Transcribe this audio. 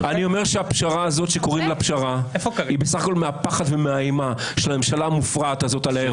אומר שהפשרה היא בסך הכל מהפחד של הממשלה המופרעת הזאת.